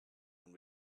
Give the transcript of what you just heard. and